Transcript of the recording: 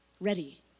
ready